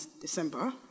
December